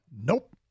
Nope